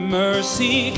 mercy